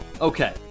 Okay